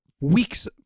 weeks